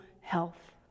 health